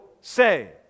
say